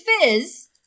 Fizz